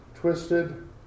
twisted